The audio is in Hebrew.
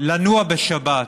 לנוע בשבת,